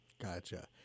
Gotcha